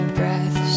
breath